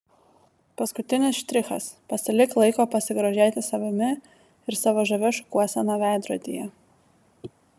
paskutinis štrichas pasilik laiko pasigrožėti savimi ir savo žavia šukuosena veidrodyje